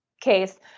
case